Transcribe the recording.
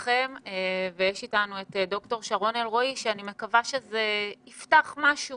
נמצאת איתנו ד"ר שרון אלרעי שאני מקווה שזה יפתח משהו